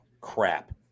crap